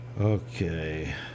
Okay